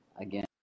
again